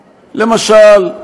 למשל,